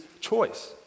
choice